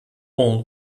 all